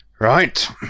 Right